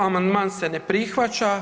Amandman se ne prihvaća.